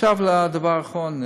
עכשיו לדבר האחרון,